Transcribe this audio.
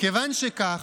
כיוון שכך,